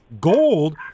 Gold